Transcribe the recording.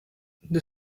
the